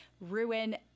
ruin